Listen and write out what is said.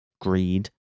greed